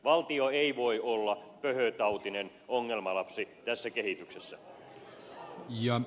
valtio ei voi olla pöhötautinen ongelmalapsi tässä kehityksessä